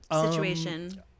situation